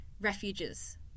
refuges